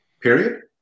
period